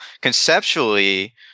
conceptually